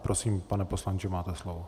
Prosím, pane poslanče, máte slovo.